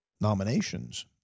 nominations